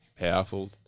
powerful